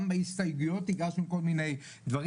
גם בהסתייגויות הגשנו כל מיני דברים,